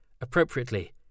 appropriately